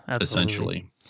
Essentially